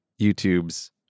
youtube's